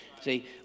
See